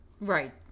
right